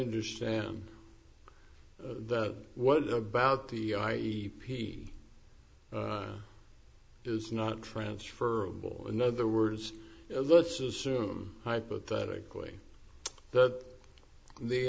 understand that what about the high e p is not transferable in other words let's assume hypothetically that the